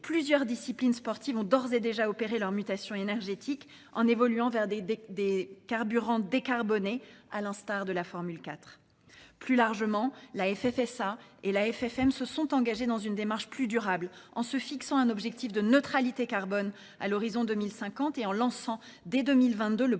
plusieurs disciplines sportives ont d'ores et déjà opéré leur mutation énergétique en évoluant vers des carburants décarbonés à l'instar de la Formule 4. Plus largement, la FFSA et la FFM se sont engagés dans une démarche plus durable en se fixant un objectif de neutralité carbone à l'horizon 2050 et en lançant dès 2022 le